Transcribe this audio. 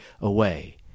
away